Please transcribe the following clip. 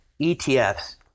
ETFs